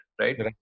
right